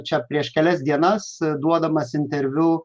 čia prieš kelias dienas duodamas interviu